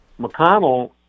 McConnell